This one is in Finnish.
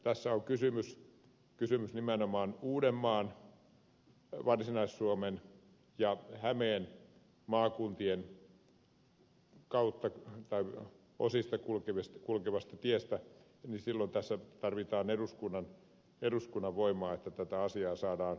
tässä on kysymys nimenomaan uudenmaan varsinais suomen ja hämeen maakuntien kautta tai osissa kulkevasta tiestä joten silloin tässä tarvitaan eduskunnan voimaa että tätä asiaa saadaan eteenpäin